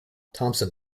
thomson